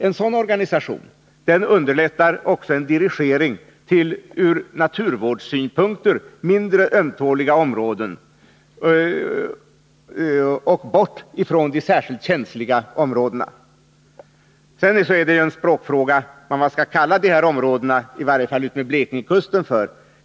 En sådan organisation underlättar också en dirigering till ur naturvårdssynpunkt mindre ömtåliga områden och bort från särskilt känsliga områden. — Sedan är det ju en språkfråga vad man skall kalla dessa områden för — i varje fall områdena utmed Blekingekusten.